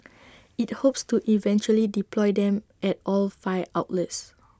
IT hopes to eventually deploy them at all five outlets